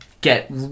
get